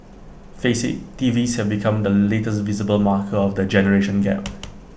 face IT TVs have become the latest visible marker of the generation gap